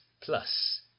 plus